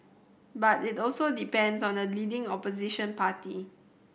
but it also depends on the leading Opposition party